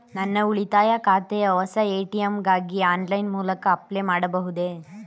ನನ್ನ ಉಳಿತಾಯ ಖಾತೆಯ ಹೊಸ ಎ.ಟಿ.ಎಂ ಗಾಗಿ ಆನ್ಲೈನ್ ಮೂಲಕ ಅಪ್ಲೈ ಮಾಡಬಹುದೇ?